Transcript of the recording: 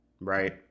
Right